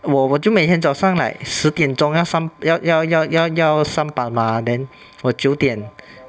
我我就每天早上 like 十点钟要要要要要要上班 mah then for 九点